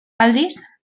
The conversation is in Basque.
aldiz